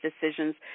decisions